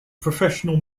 professional